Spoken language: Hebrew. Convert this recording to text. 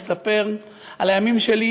לספר על הימים שלי